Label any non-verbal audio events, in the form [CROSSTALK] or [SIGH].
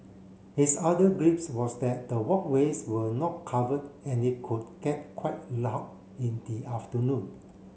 his other [UNINTELLIGIBLE] was that the walkways were not covered and it could get quite loud in the afternoon